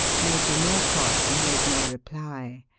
major norcross made no reply.